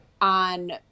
on